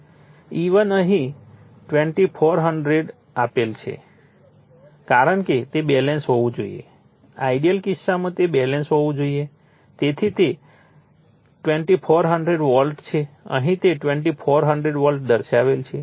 E1 અહીં 2400 આપવામાં આવ્યું છે કારણ કે તે બેલેન્સ હોવું જોઈએ આઇડીઅલ કિસ્સામાં તે બેલેન્સ હોવું જોઈએ તેથી તે 2400 વોલ્ટ છે અહીં પણ તે 2400 વોલ્ટ દર્શાવે છે